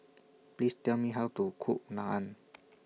Please Tell Me How to Cook Naan